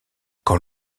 quand